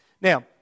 Now